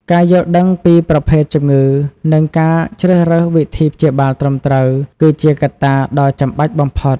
ការយល់ដឹងពីប្រភេទជំងឺ និងការជ្រើសរើសវិធីព្យាបាលត្រឹមត្រូវ គឺជាកត្តាដ៏ចាំបាច់បំផុត។